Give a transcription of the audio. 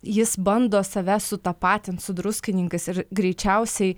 jis bando save sutapatinti su druskininkais ir greičiausiai